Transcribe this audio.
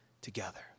together